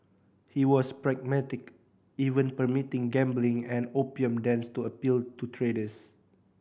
he was pragmatic even permitting gambling and opium dens to appeal to traders